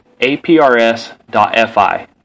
aprs.fi